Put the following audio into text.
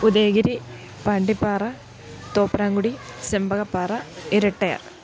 Udayagiri Pandipara Thopramkudy Sempakappara Irattayar